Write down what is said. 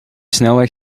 snelweg